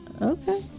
Okay